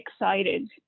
excited